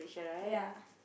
ya